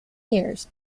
years